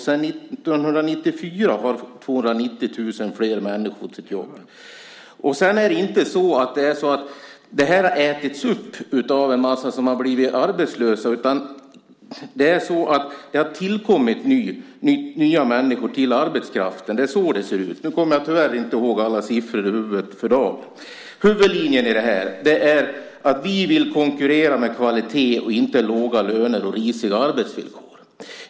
Sedan år 1994 har 290 000 fler människor fått jobb. Det är inte så att det har ätits upp av en mängd människor som har blivit arbetslösa. Det har tillkommit nya människor till arbetskraften. Det är så det ser ut. Nu kommer jag tyvärr inte ihåg alla siffror i huvudet för dagen. Huvudlinjen är att vi vill konkurrera med kvalitet och inte låga löner och risiga arbetsvillkor.